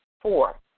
Four